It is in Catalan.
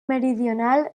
meridional